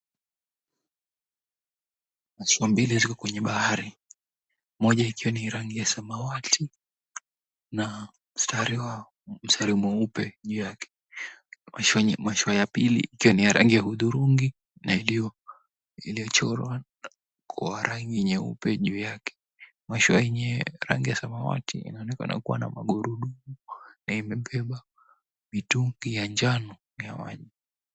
Mashua mbili ziko kwenye bahari, moja ikiwa ni rangi ya samawati na mstari mweupe juu yake. Mashua ya pili ikiwa ni ya rangi ya hudhurungi na iliyochorwa kwa rangi nyeupe juu yake. Mashua yenye rangi ya samawati inaonekana kuwa na magurudumu na imebeba mitungi ya njano ya maji.